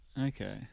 okay